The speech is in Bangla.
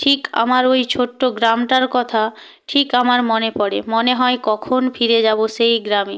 ঠিক আমার ওই ছোট্ট গ্রামটার কথা ঠিক আমার মনে পড়ে মনে হয় কখন ফিরে যাবো সেই গ্রামে